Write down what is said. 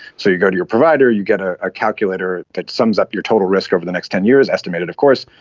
so you go to your provider, you get ah a calculator that sums up your total risk over the next ten years, estimated of course,